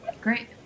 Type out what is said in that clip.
Great